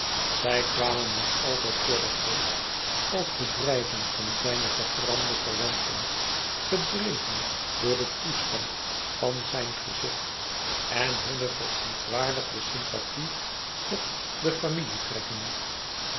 zij kwamen mij altijd voor den geest als bedrijven van zijne vergramde verwanten gedreven door den toestand van zijn gezicht en hunne verontwaardigde sympathie met de familietrekken